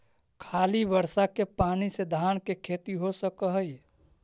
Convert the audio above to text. खाली बर्षा के पानी से धान के खेती हो सक हइ?